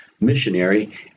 missionary